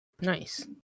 Nice